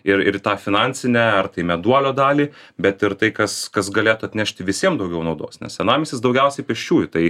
ir ir tą finansinę ar tai meduolio dalį bet ir tai kas kas galėtų atnešti visiem daugiau naudos nes senamiestis daugiausiai pėsčiųjų tai